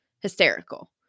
Hysterical